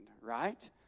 right